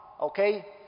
okay